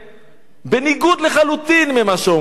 בניגוד לחלוטין ממה שאומרים כאן,